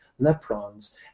Leprons